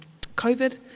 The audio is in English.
COVID